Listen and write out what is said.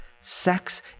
Sex